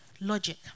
logic